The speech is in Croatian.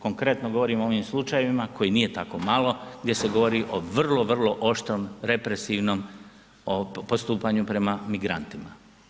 Konkretno, govorim o ovim slučajevima kojih nije tako malo, gdje se govori o vrlo, vrlo oštrom represivnom postupanju prema migrantima.